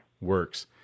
works